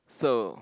so